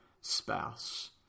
spouse